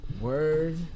word